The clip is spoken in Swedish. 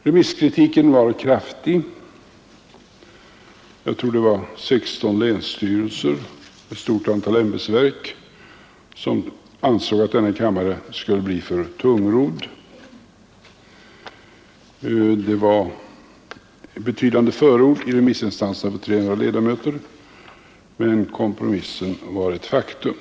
Remisskritiken var kraftig. 16 länsstyrelser och ett stort antal ämbetsverk ansåg att denna kammare skulle bli för tungrodd. Remissinstanserna gav betydande förord för 300 ledamöter, men kompromissen var ett faktum.